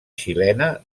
xilena